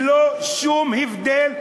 ללא שום הבדל,